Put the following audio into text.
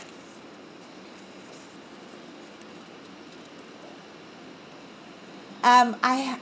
um I have